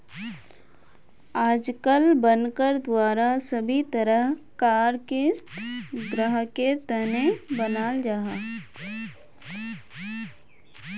आजकल बनकर द्वारा सभी तरह कार क़िस्त ग्राहकेर तने बनाल जाहा